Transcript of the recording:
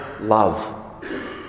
love